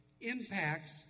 impacts